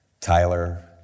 Tyler